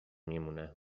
میمونه